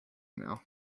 now